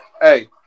Hey